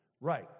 Right